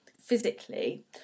physically